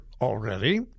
already